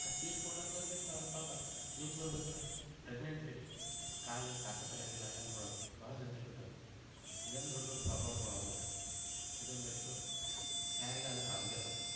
ಆ ಸೀಟ್ ಕೊಡಲಾರ್ದರ್ಲಿಂತ ಅವ್ರು ಪಾಪ ನಿಂತು ಬರಬೇಕಲ್ಲ ಪ್ರೆಗ್ನೆಂಟ್ ಲೇಡಿ ಕಾಲಲ್ಲಿ ತಾಕತ್ ಇರೋಂಗಿಲ್ಲ ಆ ಟೈಮಿನ ಒಳಗೆ ಭಾಳ ಸೆನ್ಸಿಟೀವ್ ಟೈಮ್ ಇದೆಲ್ಲ ದೊಡ್ಡ ದೊಡ್ಡ ಪ್ರಾಬ್ಲೆಮ್ಗಳು ಅವ ನೋಡ್ರಿ ಇದೊಂದು ಆಯ್ತು ಯಾರಿಗಾದರು ಆರೋಗ್ಯ ತಪ್ಪಿತು